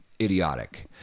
idiotic